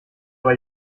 bei